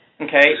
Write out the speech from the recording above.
okay